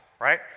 right